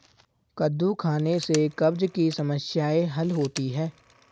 कद्दू खाने से कब्ज़ की समस्याए हल होती है